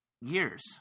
years